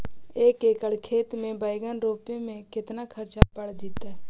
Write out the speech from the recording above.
एक एकड़ खेत में बैंगन रोपे में केतना ख़र्चा पड़ जितै?